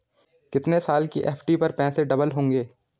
कितने साल की एफ.डी पर पैसे डबल होंगे?